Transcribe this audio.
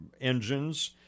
engines